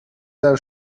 are